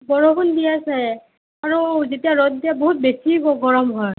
বৰষুণ দি আছে আৰু যেতিয়া ৰ'দ দিয়ে বহুত বেছিয়ে গৰম হয়